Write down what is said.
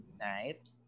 night